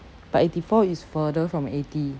but eighty four is further from eighty